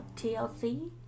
TLC